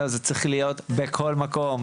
זה צריך להיות בכל מקום,